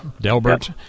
Delbert